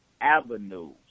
avenues